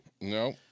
No